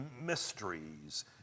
mysteries